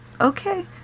Okay